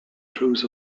truth